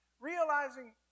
Realizing